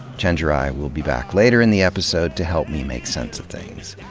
chenjerai will be back later in the episode to help me make sense of things.